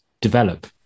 develop